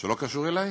זה לא קשור אלי?